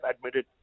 admitted